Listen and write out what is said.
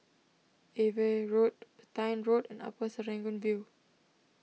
Ava Road Petain Road and Upper Serangoon View